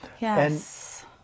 Yes